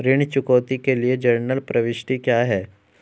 ऋण चुकौती के लिए जनरल प्रविष्टि क्या है?